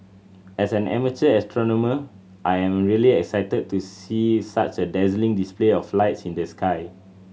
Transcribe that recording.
as an amateur astronomer I am really excited to see such a dazzling display of lights in the sky